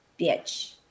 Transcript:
bitch